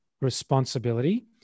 responsibility